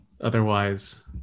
Otherwise